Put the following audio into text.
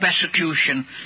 persecution